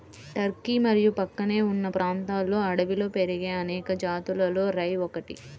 Turkey మరియు ప్రక్కనే ఉన్న ప్రాంతాలలో అడవిలో పెరిగే అనేక జాతులలో రై ఒకటి